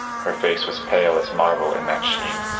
her face was pale as marble in that sheen.